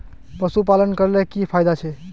पशुपालन करले की की फायदा छे?